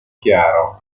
chiaro